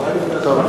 תורה,